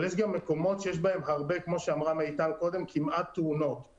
אבל יש גם מקומות שיש בהם הרבה כפי שאמרה מיטל קודם כמעט תאונות,